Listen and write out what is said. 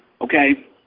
okay